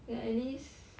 like at least